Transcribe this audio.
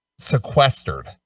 sequestered